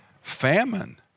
famine